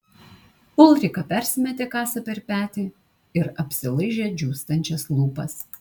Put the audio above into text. ulrika persimetė kasą per petį ir aplaižė džiūstančias lūpas